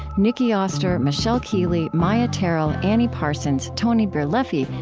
nicki oster, michelle keeley, maia tarrell, annie parsons, tony birleffi,